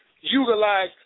utilize